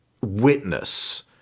witness